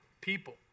People